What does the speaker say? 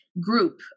group